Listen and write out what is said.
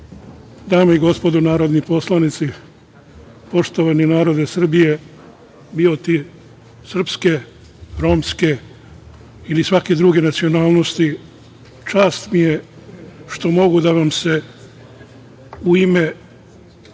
dame i gospodo narodni poslanici, poštovani narode Srbije, bio ti srpske, romske ili svake druge nacionalnosti, čast mi je što mogu da vam se